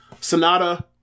Sonata